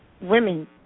women